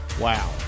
Wow